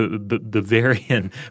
Bavarian